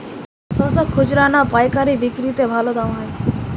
শশার খুচরা না পায়কারী বিক্রি তে দাম ভালো হয়?